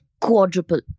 quadruple